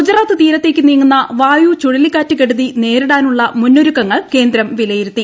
ഗുജറാത്ത് തീരത്തേക്ക് നീങ്ടുന്ന വായു ചുഴലിക്കാറ്റ് കെടുതി നേരിടാനുള്ള ് മുട്ന്നൊരുക്കങ്ങൾ കേന്ദ്രം വിലയിരുത്തി